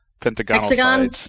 pentagon